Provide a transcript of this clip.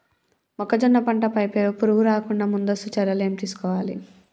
మొక్కజొన్న పంట పై పురుగు రాకుండా ముందస్తు చర్యలు ఏం తీసుకోవాలి?